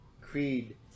Creed